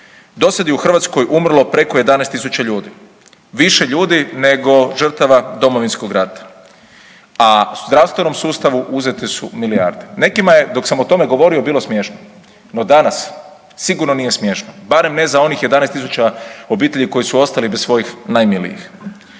Dosad je u Hrvatskoj umrlo preko 11 tisuća ljudi, više ljudi nego žrtava Domovinskog rata, a zdravstvenom sustavu uzete su milijarde. Nekima je dok sam o tome govorio bilo smiješno, no danas sigurno nije smiješno, barem ne za onih 11 tisuća obitelji koji su ostali bez svojih najmilijih.